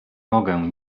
mogę